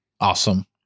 awesome